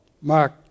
Mark